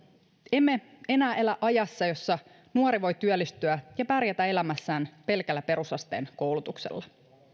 emme enää elä ajassa jossa nuori voi työllistyä ja pärjätä elämässään pelkällä perusasteen koulutuksella